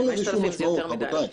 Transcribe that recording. אין לזה שום משמעות, רבותיי.